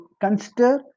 consider